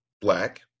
black